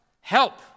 help